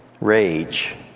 rage